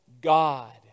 God